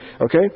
Okay